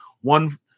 one